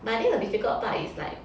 but I think the difficult part is like